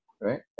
right